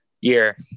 year